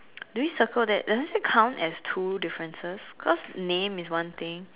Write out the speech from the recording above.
do we circle that does it still count as two differences cause name is one thing